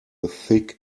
thick